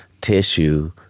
tissue